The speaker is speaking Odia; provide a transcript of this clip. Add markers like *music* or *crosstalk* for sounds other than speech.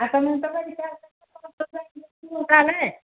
*unintelligible*